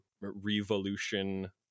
revolution